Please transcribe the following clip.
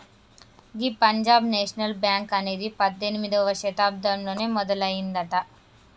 గీ Punjab National Bank అనేది పద్దెనిమిదవ శతాబ్దంలోనే మొదలయ్యిందట